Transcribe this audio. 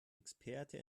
experte